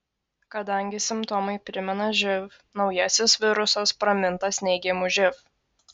kadangi simptomai primena živ naujasis virusas pramintas neigiamu živ